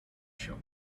shop